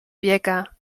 biega